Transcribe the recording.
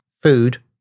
food